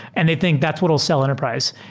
and they think that's what will sell enterprise.